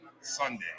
Sunday